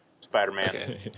spider-man